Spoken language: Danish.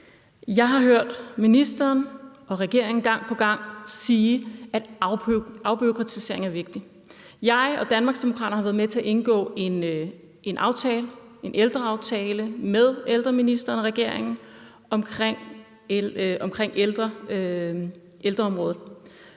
Jeg har hørt ministeren og regeringen gang på gang sige, at afbureaukratisering er vigtig. Jeg og Danmarksdemokraterne har været med til at indgå en aftale, en ældreaftale, med ældreministeren og regeringen omkring ældreområdet,